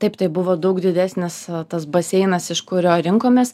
taip tai buvo daug didesnis tas baseinas iš kurio rinkomės